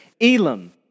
Elam